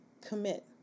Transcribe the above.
Commit